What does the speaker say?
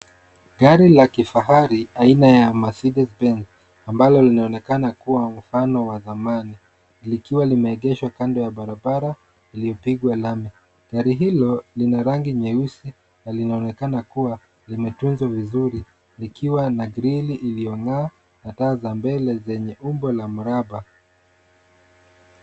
Gari la kifahari, aina ya Mercedes-Benz ambalo lilionekana kuwa mfano wa dhamani, likiwa limeegeshwa kando ya barabara iliopigwa lami. Gari hilo lina rangi nyeusi na lilionekana kuwa limetunzwa vizuri, likiwa na grili iliyong'aa na taa za mbele zenye umbo la mraba.